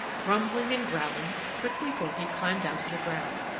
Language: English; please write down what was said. grumbling and growling, prickly porky climbed down to the ground.